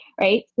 right